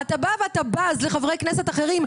אתה בא ואתה בז לחברי כנסת אחרים,